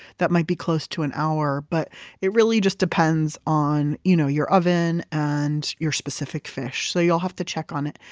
that might be close to an hour. but it really just depends on you know your oven and your specific fish. so you'll have to check on it.